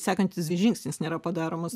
sekantis žingsnis nėra padaromas